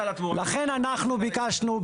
לכן אנחנו ביקשנו,